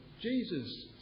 Jesus